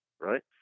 Right